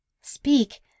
Speak